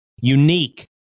unique